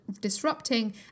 disrupting